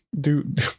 dude